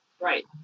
Right